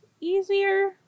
Easier